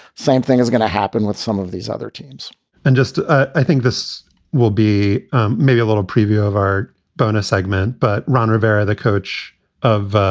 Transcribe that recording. same thing is going to happen with some of these other teams and just i think this will be maybe a little preview of our bonus segment. but ron rivera, the coach of